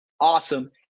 awesome